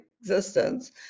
existence